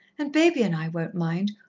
and baby and i won't mind,